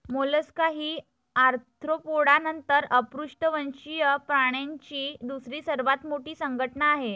Mollusca ही Arthropoda नंतर अपृष्ठवंशीय प्राण्यांची दुसरी सर्वात मोठी संघटना आहे